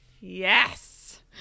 yes